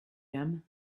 him